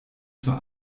zur